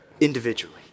individually